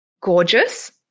Gorgeous